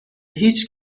هیچ